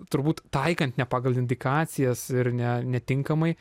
turbūt taikant ne pagal indikacijas ir ne netinkamai